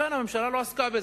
הממשלה לא עסקה בזה.